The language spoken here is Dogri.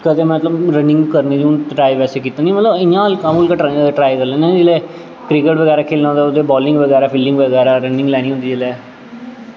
के मतलव रनिंग करने गी हून ट्राई बैसे कीती निं इ'यां ट्राई मतलब करी लैन्ना जेल्लै क्रिकेट बगैरा खेलना होए ओह्दी बॉलिंग बगैरा फिल्डिंग बगैरा रनिंग लैनी होंदी जिसलै